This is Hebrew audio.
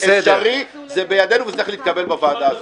זה אפשרי, זה בידינו וזה צריך להתקבל בוועדה הזאת.